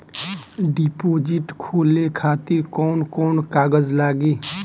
Deposit खोले खातिर कौन कौन कागज लागी?